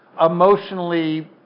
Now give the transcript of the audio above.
emotionally